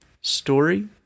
story